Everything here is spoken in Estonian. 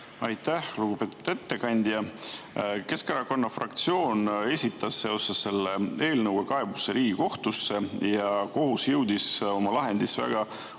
Aitäh! Lugupeetud ettekandja! Keskerakonna fraktsioon esitas seoses selle eelnõuga kaebuse Riigikohtusse. Kohus jõudis oma lahendis väga